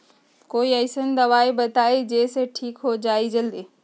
कोई अईसन दवाई बताई जे से ठीक हो जई जल्दी?